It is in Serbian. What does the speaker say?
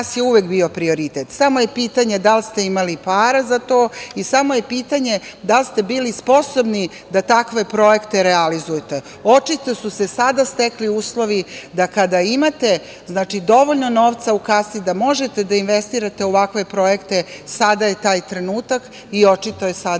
nas je uvek bio prioritet, samo je pitanje da li ste imali para za to i samo je pitanje da li ste bili sposobni da takve projekte realizujete. Očito su se sada stekli uslovi da kada imate dovoljno novca u kasi da možete da investirate u ovakve projekte. Sada je taj trenutak i očito je sada